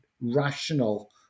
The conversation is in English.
rational